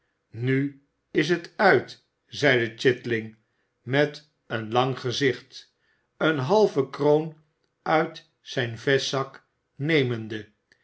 nu is het uit zeide chitling met een lang gezicht eene halve kroon uit zijn vestzak nemende